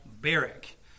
Barrick